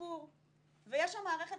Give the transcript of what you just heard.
כולם ביחד יוצרים ואוהבים ומייצרים את